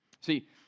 See